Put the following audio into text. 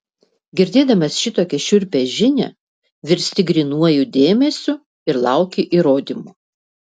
girdėdamas šitokią šiurpią žinią virsti grynuoju dėmesiu ir lauki įrodymų